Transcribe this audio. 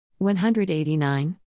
189